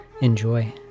Enjoy